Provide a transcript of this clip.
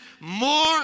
more